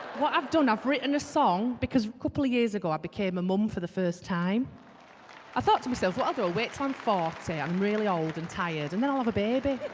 what i've done i've written a song because a couple years ago, i became a mom for the first time i thought to myself what other awaits on fox a a i'm really old and tired and then i'll have a baby